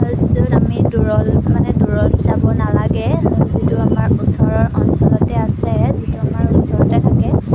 হ'ল য'ত আমি দূৰত মানে দূৰত যাব নালাগে যিটো আমাৰ ওচৰৰ অঞ্চলতে আছে সেইটো আমাৰ ওচৰতে থাকে